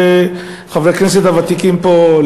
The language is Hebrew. לצערנו, חברי הכנסת הוותיקים פה,